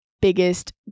biggest